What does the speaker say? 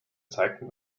zeigten